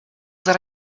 that